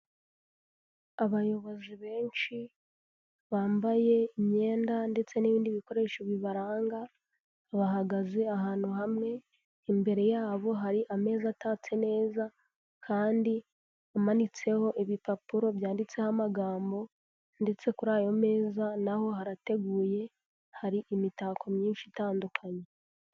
Abayobozi benshi bambaye imyenda ndetse n'ibindi bikoresho bibaranga bahagaze ahantu hamwe, imbere yabo hari ameza atatse neza kandi amanitseho ibipapuro byanditseho amagambo ndetse kuri ayo meza n'aho harateguye hari imitako myinshi itandukanye.